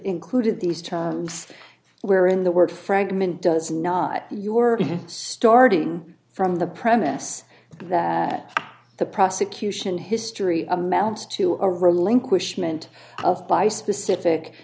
included these terms where in the word fragment does not your starting from the premise that the prosecution history amounts to a row languish meant by specific